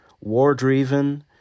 war-driven